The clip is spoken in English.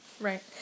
Right